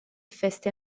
feste